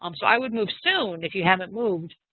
um so i would move soon if you haven't moved.